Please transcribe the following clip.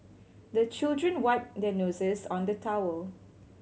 the children wipe their noses on the towel